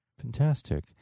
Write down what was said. Fantastic